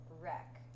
wreck